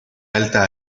alta